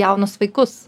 jaunus vaikus